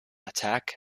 attack